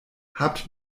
habt